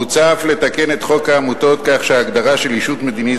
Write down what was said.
מוצע אף לתקן את חוק העמותות כך שההגדרה של ישות מדינית